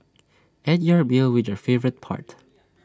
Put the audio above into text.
end your meal with your favourite part